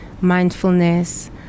mindfulness